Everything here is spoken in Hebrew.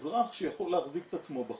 אזרח שיכול להחזיק את עצמו בחוץ.